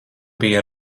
bija